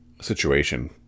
situation